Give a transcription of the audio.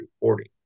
reporting